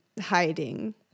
hiding